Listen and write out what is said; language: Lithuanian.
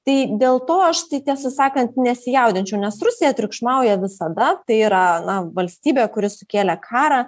tai dėl to aš tai tiesą sakant nesijaudinčiau nes rusija triukšmauja visada tai yra na valstybė kuri sukėlė karą